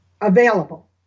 available